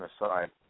aside